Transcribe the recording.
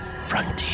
Frontier